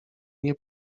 nie